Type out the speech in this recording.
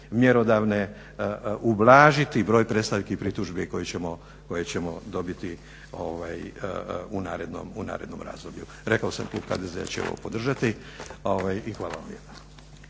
mjerodavne adrese ublažiti broj predstavki i pritužbi koje ćemo dobiti u narednom razdoblju. Rekao sam klub HDZ-a će ovo podržati. Hvala vam